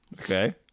Okay